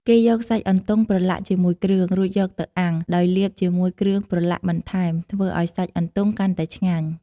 គេយកសាច់អន្ទង់ប្រឡាក់ជាមួយគ្រឿង រួចយកទៅអាំង ដោយលាបជាមួយគ្រឿងប្រឡាក់បន្ថែម ធ្វើឱ្យសាច់អន្ទង់កាន់តែឆ្ងាញ់។